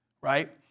right